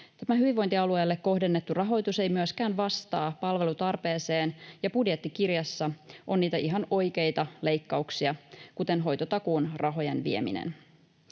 Tämä hyvinvointialueelle kohdennettu rahoitus ei myöskään vastaa palvelutarpeeseen, ja budjettikirjassa on niitä ihan oikeita leikkauksia, kuten hoitotakuun rahojen vieminen.